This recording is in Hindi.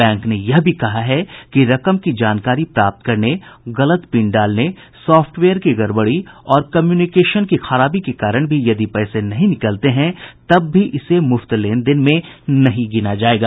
बैंक ने यह भी कहा है कि रकम की जानकारी प्राप्त करने गलत पिन डालने सॉफ्टवेयर की गड़बड़ी और कम्यूनिकेशन के खराबी के कारण भी यदि पैसे नहीं निकलते हैं तब भी इसे मुफ्त लेनदेन में नहीं गिना जायेगा